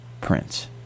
Prince